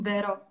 Vero